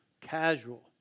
casual